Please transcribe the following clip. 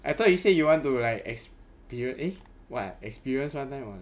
I thought you say you want to like experience eh what ah experience one time [what]